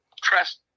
trust